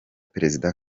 perezida